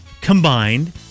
combined